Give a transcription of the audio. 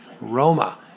Roma